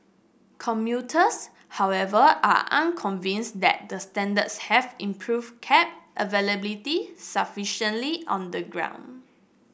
commuters however are unconvinced that the standards have improved cab availability sufficiently on the ground